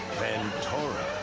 fentora,